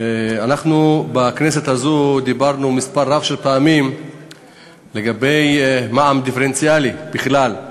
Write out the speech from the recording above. בכנסת הזאת דיברנו מספר רב של פעמים על מע"מ דיפרנציאלי בכלל,